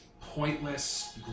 pointless